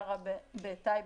בטייבה,